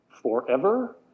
forever